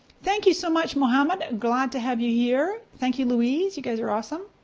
thank you so much muhammed. glad to have you here. thank you loise, you guys are awesome.